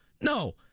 No